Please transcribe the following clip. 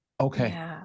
Okay